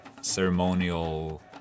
ceremonial